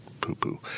poo-poo